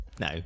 No